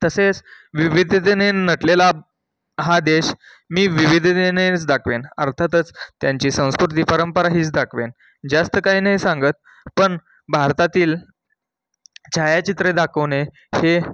तसेच विविधतेने नटलेला हा देश मी विविधतेनेच दाखवेन अर्थातच त्यांची संस्कृती परंपरा हीच दाखवेन जास्त काही नाही सांगत पण भारतातील छायाचित्रे दाखवणे हे